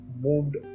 moved